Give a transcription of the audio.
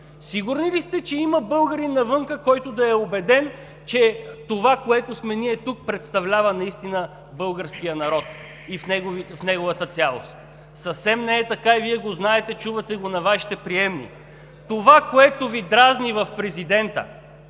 Сигурни ли сте, че има българин навън, който да е убеден, че това, което сме ние тук, наистина представлява българският народ в неговата цялост? Съвсем не е така и Вие го знаете – чувате го на Вашите приемни. Това, което Ви дразни в президента,